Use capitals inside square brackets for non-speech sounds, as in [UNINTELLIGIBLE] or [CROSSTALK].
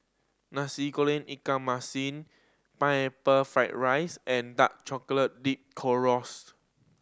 Nasi Goreng ikan masin Pineapple Fried rice and dark chocolate dipped [UNINTELLIGIBLE]